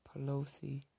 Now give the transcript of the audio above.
Pelosi